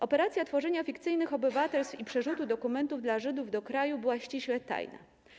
Operacja tworzenia fikcyjnych obywatelstw i przerzutu dokumentów dla Żydów do kraju była ściśle tajna.